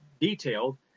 detailed